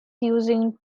using